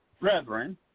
brethren